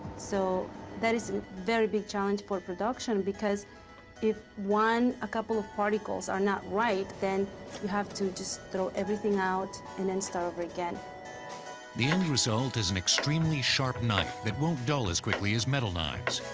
so that is a very big challenge for production because if one, a couple of particles are not right, then you have to just throw everything out and then start over again. narrator the end result is an extremely sharp knife that won't dull as quickly as metal knives.